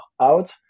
out